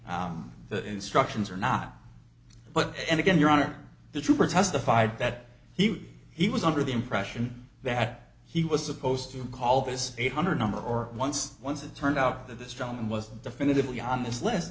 k the instructions or not but and again your honor the trooper testified that he he was under the impression that he was supposed to call this eight hundred number or once once it turned out that this gentleman was definitively on this list